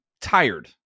tired